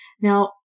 Now